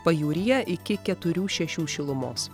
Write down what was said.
pajūryje iki keturių šešių šilumos